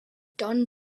done